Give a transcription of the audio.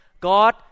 God